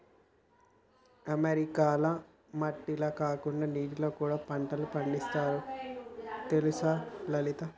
అమెరికాల మట్టిల కాకుండా నీటిలో కూడా పంటలు పండిస్తారు తెలుసా లలిత